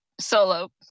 solo